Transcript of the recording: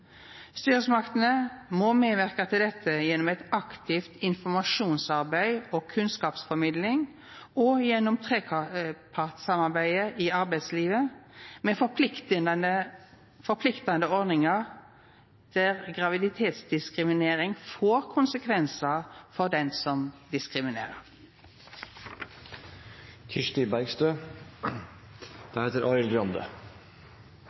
Styresmaktene må medverka til dette gjennom eit aktivt informasjonsarbeid og kunnskapsformidling, og gjennom trepartssamarbeidet i arbeidslivet, med forpliktande ordningar der graviditetsdiskriminering får konsekvensar for den som